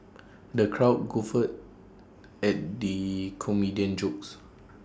the crowd guffawed at the comedian's jokes